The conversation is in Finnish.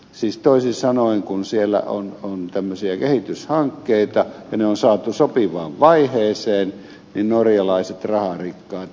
siis toisin sanoen kun siellä on tämmöisiä kehityshankkeita ja ne on saatu sopivaan vaiheeseen norjalaiset raharikkaat ilmestyvät